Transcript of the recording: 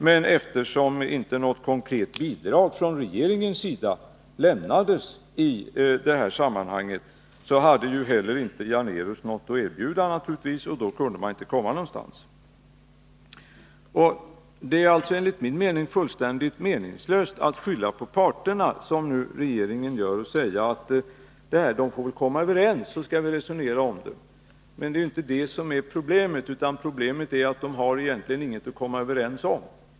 Och eftersom inte något konkret bidrag från regeringens sida lämnades i det sammanhanget, hade Kaj Janérus inte något att erbjuda, och då kunde man inte komma någonstans. Enligt min mening är det fullständigt meningslöst att, som regeringen gör, skylla på parterna och säga att de får komma överens, och sedan skall man resonera om saken. Problemet är ju att de inte har någonting att komma överens om.